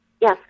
Yes